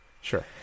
Sure